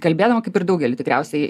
kalbėdama kaip ir daugeliui tikriausiai